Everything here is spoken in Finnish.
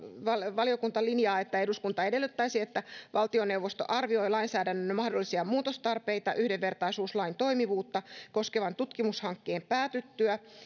valiokunta linjaa että eduskunta edellyttäisi että valtioneuvosto arvioi lainsäädännön mahdollisia muutostarpeita yhdenvertaisuuslain toimivuutta koskevan tutkimushankkeen päätyttyä